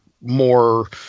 more